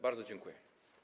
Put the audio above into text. Bardzo dziękuję.